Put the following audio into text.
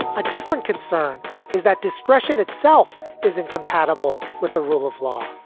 a different concern is that discretion itself is incompatible with the rule of law.